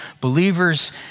believers